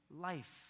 life